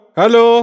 Hello